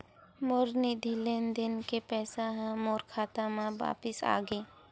मोर निधि लेन देन के पैसा हा मोर खाता मा वापिस आ गे